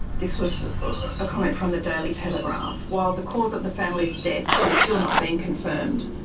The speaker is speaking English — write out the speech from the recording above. this was a comment from the daily telegraph while the cause of the family's death has still not been confirmed,